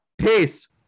Peace